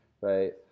right